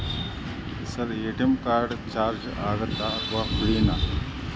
Sir ATM card ಗೆ charge ಆಗುತ್ತಾ ಅಥವಾ ಫ್ರೇ ನಾ?